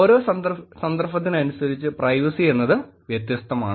ഓരോ സന്ദർഭത്തിനനുസരിച്ച് പ്രൈവസി എന്നത് വ്യത്യസ്തമാണ്